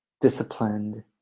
disciplined